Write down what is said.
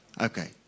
Okay